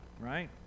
right